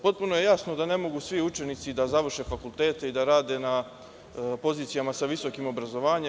Potpuno je jasno da ne mogu svi učenici da završe fakultete i da rade na pozicijama za visokim obrazovanjem.